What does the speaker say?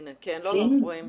כן, רואים.